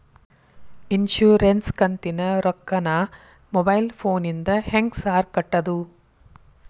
Insurance ಕಂತಿನ ರೊಕ್ಕನಾ mobile ಫೋನಿಂದ ಹೆಂಗ್ ಸಾರ್ ಕಟ್ಟದು?